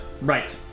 Right